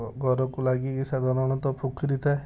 ଘରକୁ ଲାଗିକି ସାଧାରଣତଃ ପୋଖରୀ ଥାଏ